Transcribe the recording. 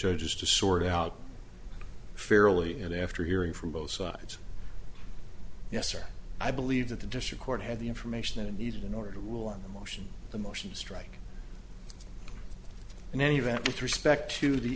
judges to sort out fairly and after hearing from both sides yes or i believe that the district court had the information and needed in order to rule on the motion the motion strike in any event with respect to the